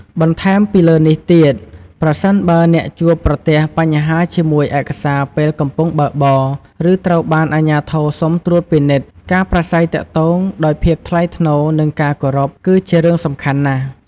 បន្ថែមពីលើនេះទៀត ប្រសិនបើអ្នកជួបប្រទះបញ្ហាជាមួយឯកសារពេលកំពុងបើកបរ ឬត្រូវបានអាជ្ញាធរសុំត្រួតពិនិត្យ ការប្រាស្រ័យទាក់ទងដោយភាពថ្លៃថ្នូរ និងការគោរព គឺជារឿងសំខាន់ណាស់។